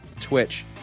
twitch